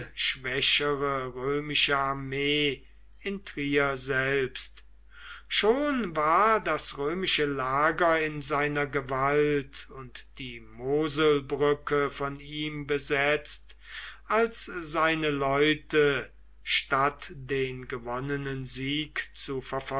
schwächere römische armee in trier selbst schon war das römische lager in seiner gewalt und die moselbrücke von ihm besetzt als seine leute statt den gewonnenen